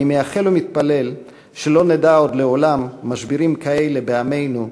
אני מייחל ומתפלל שלא נדע עוד לעולם משברים כאלה בעמנו,